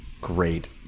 great